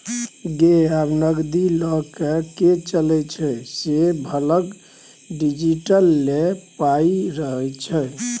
गै आब नगदी लए कए के चलै छै सभलग डिजिटले पाइ रहय छै